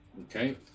Okay